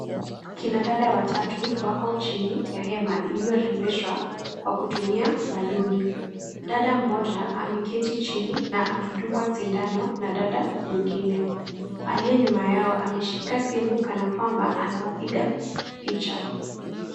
Kina dada watatu wako chini ya hema iliyo rembeshwa kwa kutumia balloon. dada mmoja amekaa chini na anadungwa sindano na mwingine. aliye nyuma yao ameshika simu kanakwamba anawapiga picha.